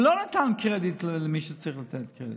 הוא לא נתן קרדיט למי שצריך לתת קרדיט.